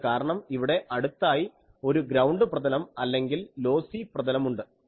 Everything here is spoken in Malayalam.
അതിനു കാരണം ഇവിടെ അടുത്തായി ഒരു ഗ്രൌണ്ട് പ്രതലം അല്ലെങ്കിൽ ലോസ്സി പ്രതലമുണ്ട്